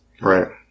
Right